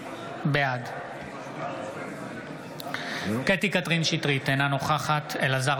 בעד קטי קטרין שטרית, אינה משתתפת בהצבעה אלעזר